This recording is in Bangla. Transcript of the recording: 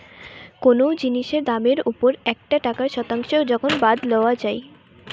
কোনো জিনিসের দামের ওপর একটা টাকার শতাংশ যখন বাদ লওয়া যাই